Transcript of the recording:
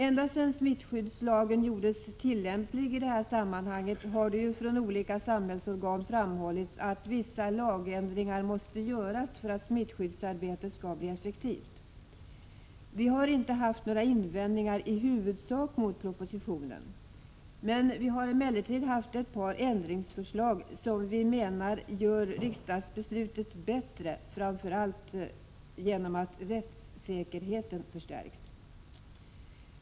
Ända sedan smittskyddslagen gjordes tillämplig i det här sammanhanget har det ju från olika samhällsorgan framhållits att vissa lagändringar måste göras för att smittskyddsarbetet skall bli effektivt. Vi har inte haft några invändningar i huvudsak mot propositionen. Vi har emellertid haft ett par ändringsförslag, som vi menar gör riksdagsbeslutet bättre, framför allt genom att rättssäkerheten förstärks.